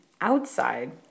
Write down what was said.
outside